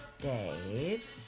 Dave